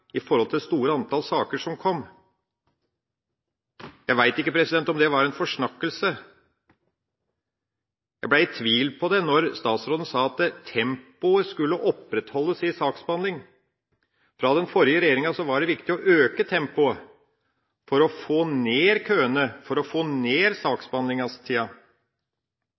en forsnakkelse. Jeg ble i tvil om dette da statsråden sa at tempoet skulle opprettholdes i saksbehandlinga. For den forrige regjeringa var det viktig å øke tempoet for å få ned køene, for å få ned